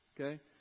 Okay